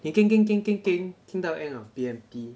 你 geng geng geng geng geng geng 到 end of B_M_T